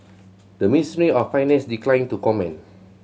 the Ministry of Finance declined to comment